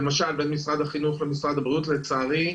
למשל בין משרד החינוך למשרד הבריאות, לצערי,